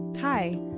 Hi